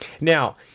Now